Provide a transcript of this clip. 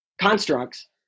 constructs